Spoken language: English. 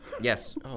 Yes